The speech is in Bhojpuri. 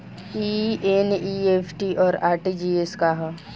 ई एन.ई.एफ.टी और आर.टी.जी.एस का ह?